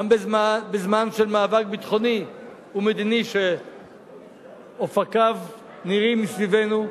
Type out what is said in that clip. גם בזמן של מאבק ביטחוני ומדיני שאופקיו נראים מסביבנו,